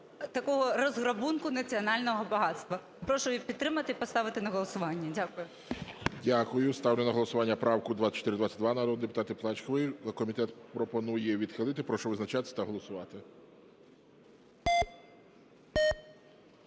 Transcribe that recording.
такого розграбунку національного багатства. Прошу підтримати і поставити на голосування. Дякую. ГОЛОВУЮЧИЙ. Дякую. Ставлю на голосування правку 2422 народного депутата Плачкової. Комітет пропонує відхилити. Прошу визначатися та голосувати.